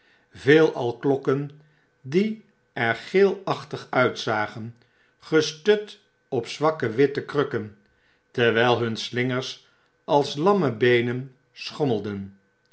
veelal kiokken die er geelachtig uitzagen gestut op zwakke witte krukken terwyl hun slingers als lamme beenen schommelden